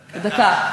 דקה.